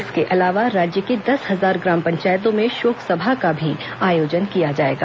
इसके अलावा राज्य की दस हजार ग्राम पंचायतों में शोक सभा का भी आयोजन किया जाएगा